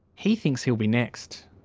he thinks he'll be next.